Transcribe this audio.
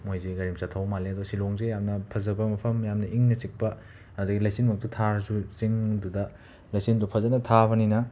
ꯃꯣꯏꯁꯦ ꯒꯥꯔꯤ ꯃꯆꯥ ꯊꯧꯕ ꯃꯥꯜꯂꯤ ꯑꯗ ꯁꯤꯂꯣꯡꯁꯦ ꯌꯥꯝꯅ ꯐꯖꯕ ꯃꯐꯝ ꯌꯥꯝꯅ ꯏꯪꯅ ꯆꯤꯛꯄ ꯑꯗꯒꯤ ꯂꯩꯆꯤꯟ ꯃꯛꯇ ꯊꯥꯔꯁꯨ ꯆꯤꯡꯗꯨꯗ ꯂꯩꯆꯤꯟꯗꯣ ꯐꯖꯅ ꯊꯥꯕꯅꯤꯅ